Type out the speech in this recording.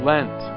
Lent